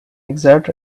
exert